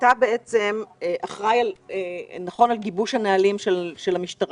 אתה בעצם אחראי על גיבוש הנהלים של המשטרה.